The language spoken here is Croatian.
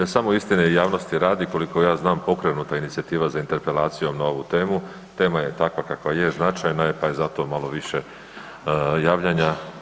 Samo istine javnosti radi, koliko ja znam pokrenuta je inicijativa za interpelacijom na ovu temu, tema je takva kakva je, značajna je pa je zato malo više javljanja.